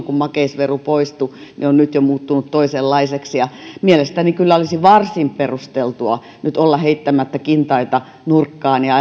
kun makeisvero poistui on nyt jo muuttunut toisenlaiseksi ja mielestäni kyllä olisi varsin perusteltua nyt olla heittämättä kintaita nurkkaan ja